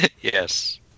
Yes